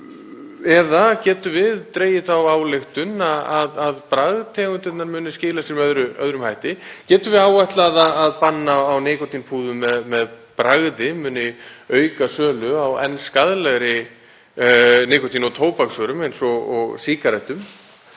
eða getum við dregið þá ályktun að bragðtegundirnar muni skila sér með öðrum hætti? Getum við áætlað að bann á nikótínpúðum með bragði muni auka sölu á enn skaðlegri nikótín- og tóbaksvörum eins og sígarettum?